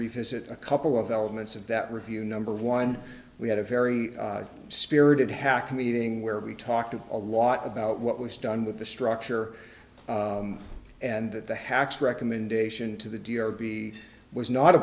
has it a couple of elements of that review number one we had a very spirited hack meeting where we talked a lot about what was done with the structure and that the hacks recommendation to the d or b was not a